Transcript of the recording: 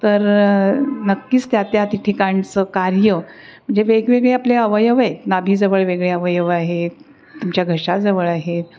तर नक्कीच त्या त्या ति ठिकाणचं कार्य म्हणजे वेगवेगळे आपले अवयव आहेत नाभीजवळ वेगळे अवयव आहेत तुमच्या घशाजवळ आहेत